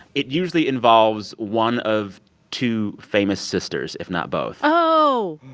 it usually involves one of two famous sisters, if not both oh,